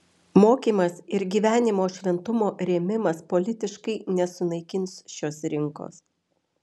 mokymas ir gyvenimo šventumo rėmimas politiškai nesunaikins šios rinkos